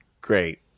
great